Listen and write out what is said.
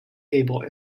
able